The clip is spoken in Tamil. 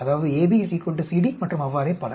அதாவது AB CD மற்றும் அவ்வாறே பல